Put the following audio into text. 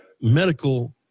medical